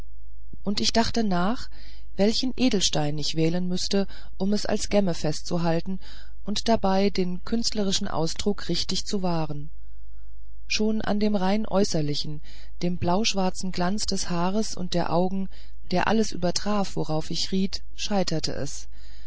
und ich dachte nach welchen edelstein ich wählen müßte um es als gemme festzuhalten und dabei den künstlerischen ausdruck richtig zu wahren schon an dem rein äußerlichen dem blauschwarzen glanz des haares und der augen der alles übertraf worauf ich auch riet scheiterte es